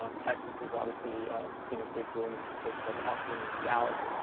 um texas is obviously seeing a big boom in places like austin and and dallas.